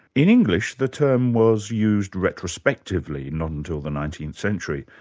in english, the term was used retrospectively, not until the nineteenth century,